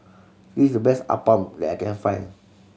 this the best Appam that I can find